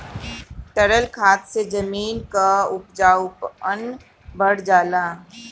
तरल खाद से जमीन क उपजाऊपन बढ़ जाला